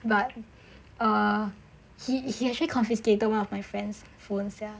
but err he he actually confiscated one of my friends' phones sia